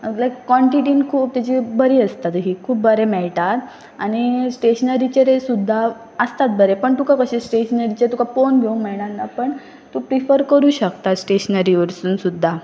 लायक कॉनटिटीन खूब तेजी बरी आसता तशी खूब बरें मेळटात आनी स्टेशनरीचेर सुद्दां आसतात बरें पण तुका कशें स्टेशनरीचेर तुका पळोवन घेवंक मेयणन ना पण तूं प्रिफर करूं शकता स्टेशनरी वरसून सुद्दां